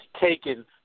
taken